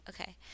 okay